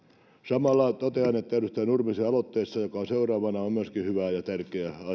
samalla totean että edustaja nurmisen aloitteessa joka on seuraavana on myöskin hyvää ja tärkeää